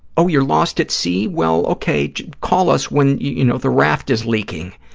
oh, you're lost at sea? well, okay, call us when, you know, the raft is leaking.